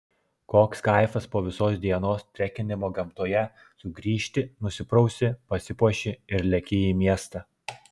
koks kaifas po visos dienos trekinimo gamtoje sugrįžti nusiprausi pasipuoši ir leki į miestą